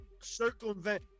circumvent